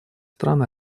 стран